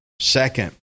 Second